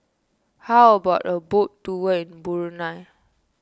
how about a boat tour in Brunei